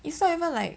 it's not even like